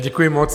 Děkuji moc.